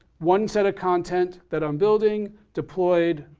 one set of content that i'm building deployed,